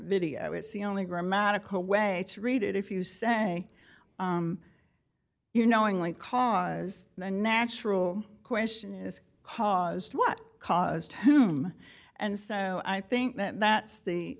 video is the only grammatical way to read it if you say you knowingly cause the natural question is caused what caused whom and so i think that that's the